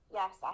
yes